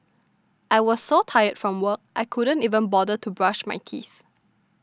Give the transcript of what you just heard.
I was so tired from work I couldn't even bother to brush my teeth